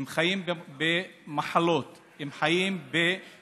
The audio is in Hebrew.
הם חיים במחלות, הם חיים בדוחק,